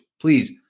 please